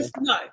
no